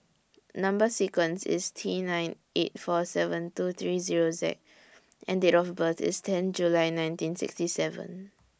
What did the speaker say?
Number sequence IS T nine eight four seven two three Zero Z and Date of birth IS ten July nineteen sixty seven